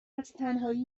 ازتنهایی